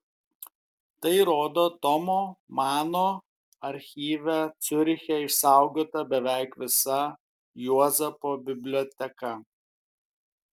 tai rodo tomo mano archyve ciuriche išsaugota beveik visa juozapo biblioteka